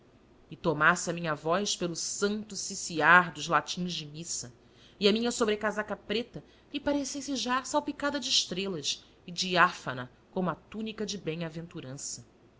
e tomasse a minha voz pelo santo ciciar dos latins de missa e a minha sobrecasaca preta lhe parecesse já salpicada de estrelas e diáfana como a túnica de bem-aventurança